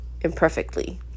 imperfectly